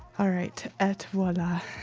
all right, et voila.